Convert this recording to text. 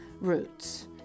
roots